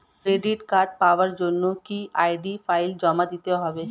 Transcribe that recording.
Credit card পাওয়ার জন্য কি আই.ডি ফাইল জমা দিতে হবে?